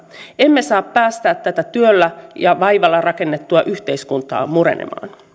emme saa päästää tätä työllä ja vaivalla rakennettua yhteiskuntaa murenemaan